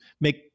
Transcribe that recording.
make